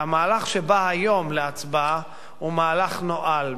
והמהלך שבא היום להצבעה הוא מהלך נואל,